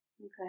Okay